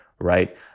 right